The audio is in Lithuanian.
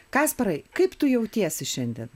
kasparai kaip tu jautiesi šiandien